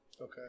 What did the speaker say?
Okay